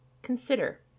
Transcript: Consider